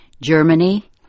Germany